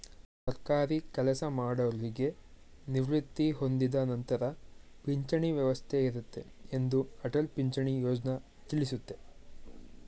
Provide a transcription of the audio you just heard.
ಸರ್ಕಾರಿ ಕೆಲಸಮಾಡೌರಿಗೆ ನಿವೃತ್ತಿ ಹೊಂದಿದ ನಂತರ ಪಿಂಚಣಿ ವ್ಯವಸ್ಥೆ ಇರುತ್ತೆ ಎಂದು ಅಟಲ್ ಪಿಂಚಣಿ ಯೋಜ್ನ ತಿಳಿಸುತ್ತೆ